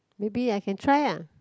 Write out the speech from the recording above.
maybe I can try ah